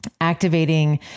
activating